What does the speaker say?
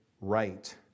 right